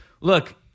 look